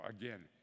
again